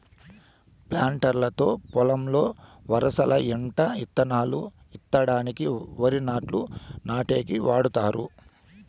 planter తో పొలంలో వరసల ఎంట ఇత్తనాలు ఇత్తడానికి, వరి నాట్లు నాటేకి వాడతారు